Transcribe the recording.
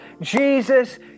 Jesus